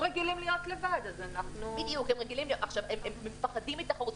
הם מפחדים מתחרות.